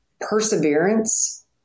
perseverance